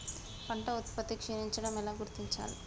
పంట ఉత్పత్తి క్షీణించడం ఎలా గుర్తించాలి?